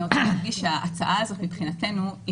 אני רוצה להדגיש שההצעה הזאת מבחינתנו היא